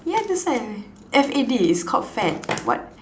ya that's why F_A_D it's called fad what